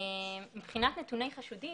מבחינת נתוני חשודים